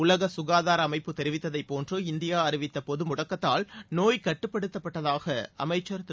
உலக சுகாதார அமைப்பு தெரிவித்ததைப் போன்று இந்தியா அறிவித்த பொது முடக்கத்தால் நோய் கட்டுப்படுத்தப்பட்டதாக அமைச்சர் திரு